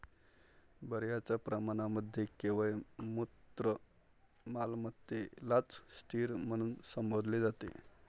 बर्याच प्रकरणांमध्ये केवळ मूर्त मालमत्तेलाच स्थिर म्हणून संबोधले जाते